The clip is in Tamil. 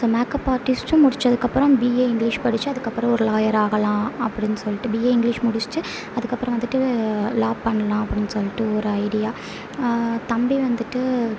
மேக்கப் ஆர்ட்டிஸ்ட்டும் முடிச்சதுக்கு அப்புறம் பிஏ இங்கிலிஷ் படித்து அதுக்கு அப்புறம் ஒரு லாயர் ஆகலாம் அப்படினு சொல்லிட்டு பிஏ இங்கிலிஷ் முடிச்சிட்டு அதுக்கு அப்புறம் வந்துட்டு லா பண்ணலாம் அப்படினு சொல்லிட்டு ஒரு ஐடியா தம்பி வந்துட்டு